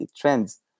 trends